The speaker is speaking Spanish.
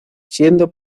siendo